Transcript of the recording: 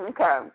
Okay